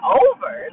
over